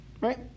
Right